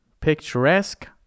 Picturesque